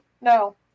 no